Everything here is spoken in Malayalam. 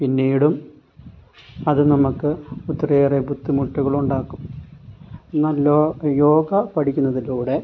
പിന്നീടും അത് നമുക്ക് ഒത്തിരിയേറെ ബുദ്ധിമുട്ടുകൾ ഉണ്ടാക്കും എന്നാൽ യോഗ പഠിക്കുന്നതിലൂടെ